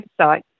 website